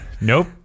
Nope